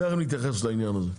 תיכף נתייחס לעניין הזה.